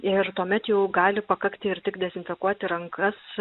ir tuomet jau gali pakakti ir tik dezinfekuoti rankas